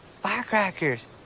firecrackers